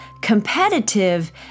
competitive